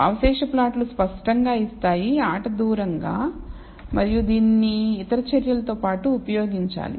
అవశేష ప్లాట్లు స్పష్టంగా ఇస్తాయి ఆట దూరంగా మరియు దీనిని ఇతర చర్యలతో పాటు ఉపయోగించాలి